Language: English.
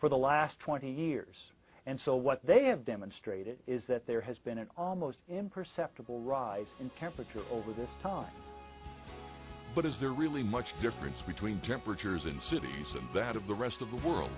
for the last twenty years and so what they have demonstrated is that there has been an almost imperceptible rise in temperature over this time but is there really much difference between temperatures in cities and that of the rest of the world